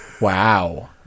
Wow